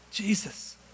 Jesus